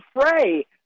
fray